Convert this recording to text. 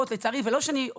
להם, כי זה כבר לא עוזר.